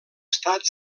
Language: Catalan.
estat